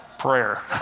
prayer